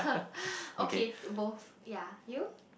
okay to both ya you